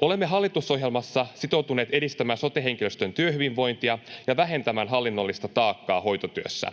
Olemme hallitusohjelmassa sitoutuneet edistämään sote-henkilöstön työhyvinvointia ja vähentämään hallinnollista taakkaa hoitotyössä.